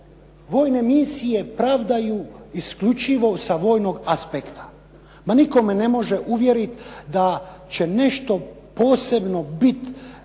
vojne misije pravdaju isključivo sa vojnog aspekta. Ma nitko me ne može uvjeriti da će nešto posebno biti